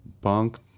punk